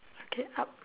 okay up